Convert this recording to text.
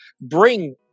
bring